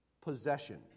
possession